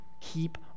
keep